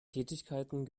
tätigkeiten